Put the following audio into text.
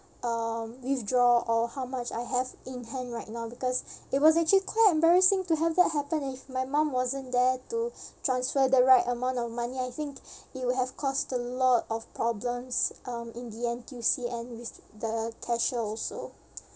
um withdraw or how much I have in hand right now because it was actually quite embarrassing to have that happen if my mum wasn't there to transfer the right amount of money I think it would have cost a lot of problems um in the N_T_U_C and with the cashier also